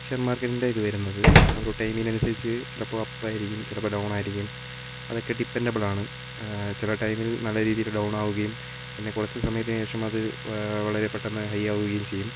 share മാർക്കറ്റിൻ്റെ ഇതു വരുന്നത് ഓരോ ടൈമിന് അനുസരിച്ച് ചിലപ്പോൾ അപ്പ് ആയിരിക്കും ചിലപ്പോൾ ഡൗൺ ആയിരിക്കും അതൊക്കെ ഡിപ്പെൻ്റബിളാണ് ചില ടൈമിൽ നല്ല രീതിയിൽ ഡൗൺ ആവുകയും പിന്നെ കുറച്ച് സമയത്തിനു ശേഷം അത് വളരെ പെട്ടന്ന് ഹൈ ആവുകയും ചെയ്യും